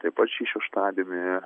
taip pat šį šeštadienį